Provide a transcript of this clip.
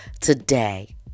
today